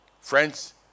Friends